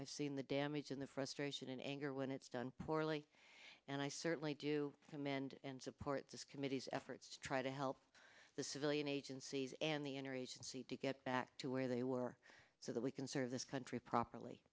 i've seen the damage in the frustration and anger when it's done poorly and i certainly do commend and support this committee's efforts to try to help the civilian agencies and the inner agency to get back to where they were so that we can serve this country properly